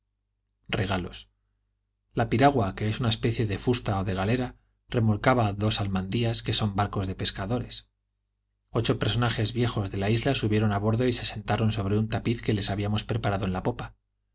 regalos la piragua que es una especie de fusta o de galera remolcaba dos almadías que son barcos de percadores ocho personajes viejos de la isla subieron a bordo y se sentaron sobre un tapiz que les habíamos preparado en la popa